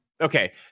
Okay